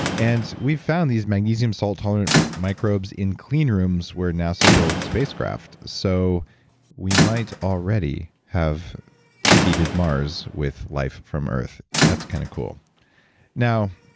and we found these magnesium salt tolerant microbes in clean rooms where nasa build spacecraft. so we might already have seeded mars with life from earth. that's kind of cool now,